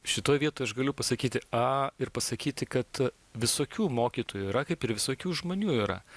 šitoj vietoj aš galiu pasakyti a ir pasakyti kad visokių mokytojų yra kaip ir visokių žmonių yra